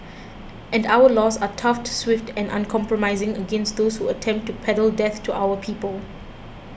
and our laws are tough swift and uncompromising against those who attempt to peddle death to our people